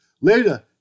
Later